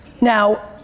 Now